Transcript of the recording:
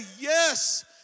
yes